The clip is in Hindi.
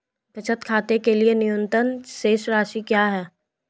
बचत खाते के लिए न्यूनतम शेष राशि क्या है?